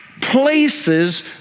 places